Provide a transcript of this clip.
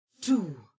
two